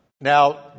Now